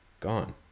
gone